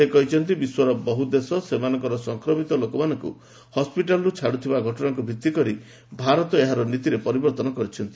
ସେ କହିଛନ୍ତି ବିଶ୍ୱର ବହୁ ଦେଶ ସେମାନଙ୍କର ସଂକ୍ରମିତ ଲୋକମାନଙ୍କୁ ହସ୍କିଟାଲ୍ରୁ ଛାଡ଼ୁଥିବା ଘଟଣାକୁ ଭିଭି କରି ଭାରତ ଏହାର ନୀତିରେ ପରିବର୍ତ୍ତନ କରିଛି